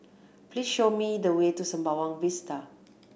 please show me the way to Sembawang Vista